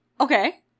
Okay